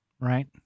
right